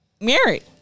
married